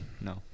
no